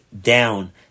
down